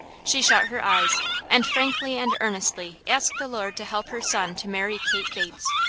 she shut her eyes and frankly and earnestly asked the lord to help her son to marry kate bates.